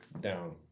down